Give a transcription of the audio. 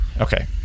Okay